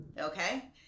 Okay